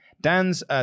Dan's